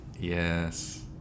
Yes